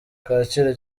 kacyiru